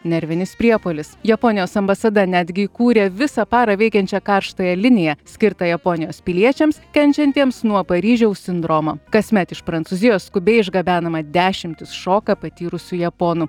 nervinis priepuolis japonijos ambasada netgi įkūrė visą parą veikiančią karštąją liniją skirtą japonijos piliečiams kenčiantiems nuo paryžiaus sindromo kasmet iš prancūzijos skubiai išgabenama dešimtis šoką patyrusių japonų